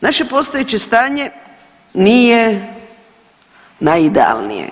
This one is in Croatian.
Naše postojeće stanje nije najidealnije.